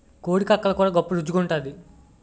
కోడి కక్కలు కూర గొప్ప రుచి గుంటాది